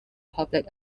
public